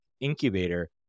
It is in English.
incubator